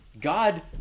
God